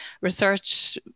research